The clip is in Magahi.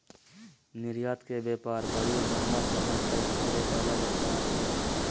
निर्यात के व्यापार बड़ी लम्बा समय तक चलय वला व्यापार हइ